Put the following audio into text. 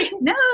No